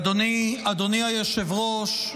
אדוני היושב-ראש,